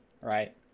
Right